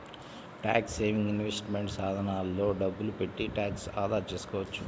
tax saving investment సాధనాల్లో డబ్బులు పెట్టి ట్యాక్స్ ఆదా చేసుకోవచ్చు